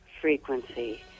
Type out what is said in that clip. frequency